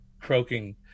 croaking